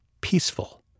peaceful